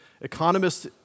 economists